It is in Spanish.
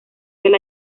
del